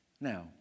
Now